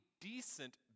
decent